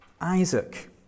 Isaac